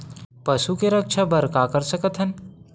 पशु के रक्षा बर का कर सकत हन?